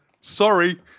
sorry